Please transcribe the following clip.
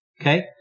Okay